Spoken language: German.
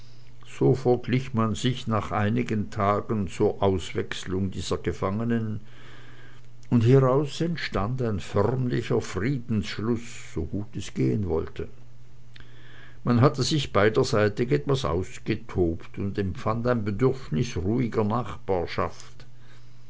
so verglich man sich nach einigen tagen zur auswechslung dieser gefangenen und hieraus entstand ein förmlicher friedensschluß so gut es gehen wollte man hatte sich beiderseitig etwas ausgetobt und empfand ein bedürfnis ruhiger nachbarschaft